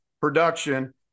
production